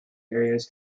areas